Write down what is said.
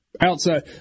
outside